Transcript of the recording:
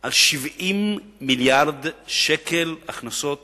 על 70 מיליארד שקל הכנסות